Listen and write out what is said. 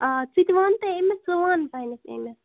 آ ژٕ تہِ وَنتہٕ أمِس ژٕ وَن پنٛنِس أمِس